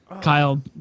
Kyle